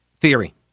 theory